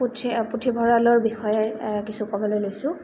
পুথি পুথিভঁৰালৰ বিষয়ে কিছু ক'বলৈ লৈছোঁ